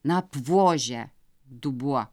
na apvožia dubuo